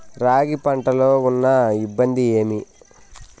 రాగి పంటలో ఉన్న ఇబ్బంది ఏమి?